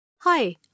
Hi